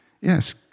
Yes